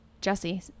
Jesse